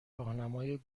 راهنمای